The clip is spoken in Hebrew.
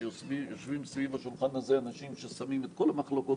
שיושבים סביב השולחן הזה אנשים ששמים את כל המחלוקות